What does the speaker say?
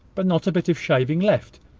but not a bit of shaving left.